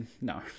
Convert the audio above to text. No